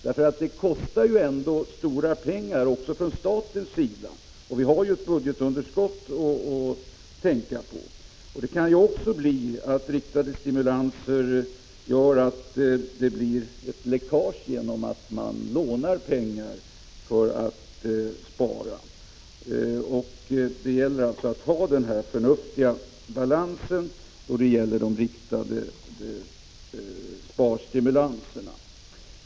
De kostar dock mycket pengar för staten, och vi har ett budgetunderskott att tänka på. Riktade stimulanser kan också medföra ett läckage genom att man lånar pengar för att spara. Det gäller alltså att ha en förnuftig balans i fråga om de riktade sparstimulanserna.